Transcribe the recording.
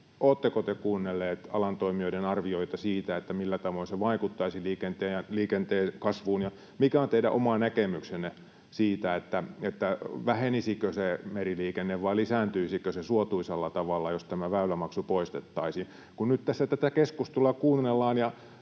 oletteko te kuunnelleet alan toimijoiden arvioita siitä, millä tavoin se vaikuttaisi liikenteen kasvuun? Ja mikä on teidän oma näkemyksenne siitä, vähenisikö se meriliikenne vai lisääntyisikö se suotuisalla tavalla, jos tämä väylämaksu poistettaisiin? Kun nyt tässä tätä keskustelua kuunnellaan